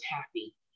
happy